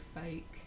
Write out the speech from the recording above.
fake